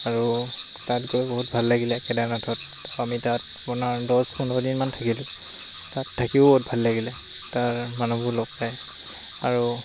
আৰু তাত গৈ বহুত ভাল লাগিলে কেদাৰনাথত আমি তাত আপোনাৰ দহ পোন্ধৰ দিনমান থাকিলোঁ তাত থাকিও বহুত ভাল লাগিলে তাৰ মানুহবোৰ লগ পায় আৰু